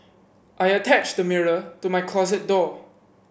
I attached a mirror to my closet door